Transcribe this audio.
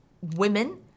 women